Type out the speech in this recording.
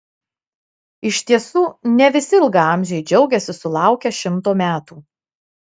iš tiesų ne visi ilgaamžiai džiaugiasi sulaukę šimto metų